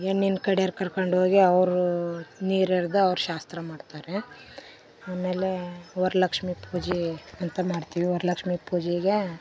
ಹೆಣ್ಣಿನ್ ಕಡೆಯಾರ್ ಕರ್ಕೊಂಡೋಗಿ ಅವರೂ ನೀರು ಎರೆದು ಅವ್ರ ಶಾಸ್ತ್ರ ಮಾಡ್ತಾರೆ ಆಮೇಲೆ ವರಲಕ್ಷ್ಮೀ ಪೂಜೆ ಅಂತ ಮಾಡ್ತೀವಿ ವರಲಕ್ಷ್ಮೀ ಪೂಜೆಗೇ